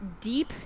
deep